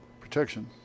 protection